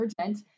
urgent